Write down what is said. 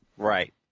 Right